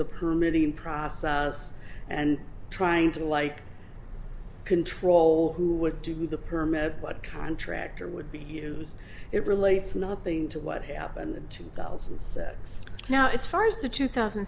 the permitting process and trying to like control who would do the permit what contract or would be used it relates nothing to what happened in two thousand sets now as far as the two thousand